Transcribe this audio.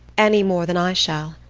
any more than i shall.